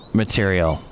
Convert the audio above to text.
material